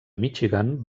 michigan